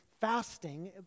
fasting